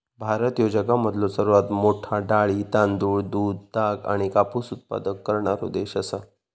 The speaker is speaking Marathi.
भारत ह्यो जगामधलो सर्वात मोठा डाळी, तांदूळ, दूध, ताग आणि कापूस उत्पादक करणारो देश आसा